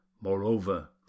Moreover